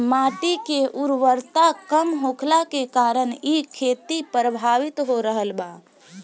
माटी के उर्वरता कम होखला के कारण इ खेती प्रभावित हो रहल बा